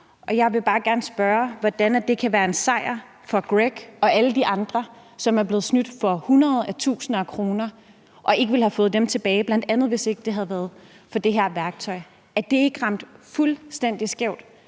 jeg vil bare gerne spørge, hvordan det kan være en sejr for Greg og alle de andre, som er blevet snydt for hundredetusinder af kroner og ikke ville have fået dem tilbage, hvis ikke det havde været for bl.a. det her værktøj. Er det ikke ramt fuldstændig skævt?